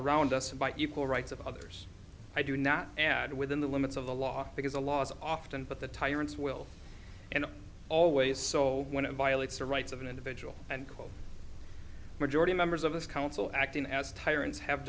around us by equal rights of others i do not add within the limits of the law because the law is often but the tyrant's will and always so when it violates the rights of an individual and called majority members of this council acting as tyrants have